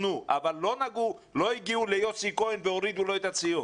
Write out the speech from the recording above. נו" אבל לא הגיעו ליוסי כהן והורידו לו את הציון,